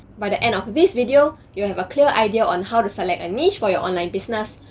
by the end of this video, you will have a clear idea on how to select a niche for your online business,